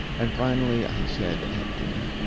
and, finally i said, at dinner,